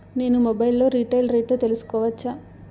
నేను మొబైల్ లో రీటైల్ రేట్లు తెలుసుకోవచ్చా?